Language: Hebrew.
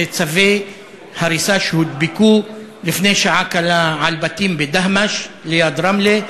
צווי הריסה שהודבקו לפני שעה קלה על בתים בדהמש ליד רמלה.